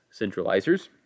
centralizers